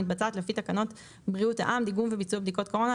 המתבצעת לפי תקנות בריאות העם (דיגום וביצוע בדיקות קורונה),